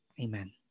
Amen